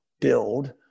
build